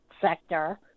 sector